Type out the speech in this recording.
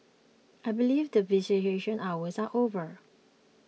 I believe that visitation hours are over